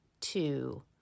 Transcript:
two